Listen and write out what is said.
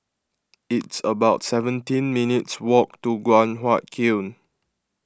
it's about seventeen minutes' walk to Guan Huat Kiln